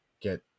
get